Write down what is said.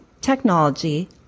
technology